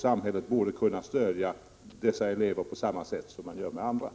Samhället borde kunna stödja dessa elever på samma sätt som man gör när det gäller andra.